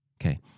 Okay